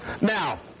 Now